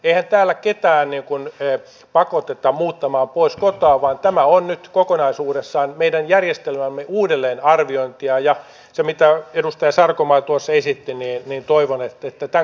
eihän täällä ketään pakoteta muuttamaan pois kotoa vaan tämä on nyt kokonaisuudessaan meidän järjestelmämme uudelleenarviointia ja toivon että senkaltainen kokonaisarviointi mitä edustaja sarkomaa tuossa esitti liitettäisiin budjettikirjaan